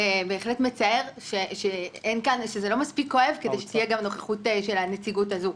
זה בהחלט מצער שלא מספיק כואב כדי שתהיה נוכחות גם של הנציגות הזו.